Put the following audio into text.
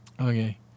Okay